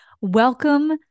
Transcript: welcome